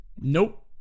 Nope